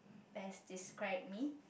best describe me